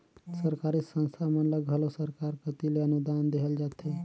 सरकारी संस्था मन ल घलो सरकार कती ले अनुदान देहल जाथे